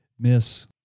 Miss